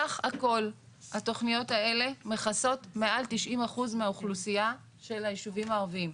סך הכל התכניות האלה מכסות מעל 90% מהאוכלוסייה של הישובים הערביים.